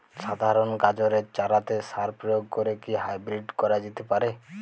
সাধারণ গাজরের চারাতে সার প্রয়োগ করে কি হাইব্রীড করা যেতে পারে?